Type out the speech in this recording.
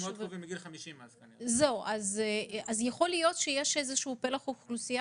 שהיו אז מאוד קרובים לגיל 50. יכול להיות שיש פלח אוכלוסייה